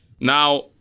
Now